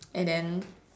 and then